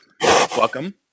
Welcome